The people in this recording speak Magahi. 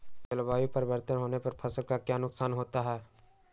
जलवायु परिवर्तन होने पर फसल का क्या नुकसान है?